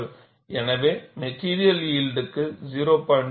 எனவே material yield க்கு 0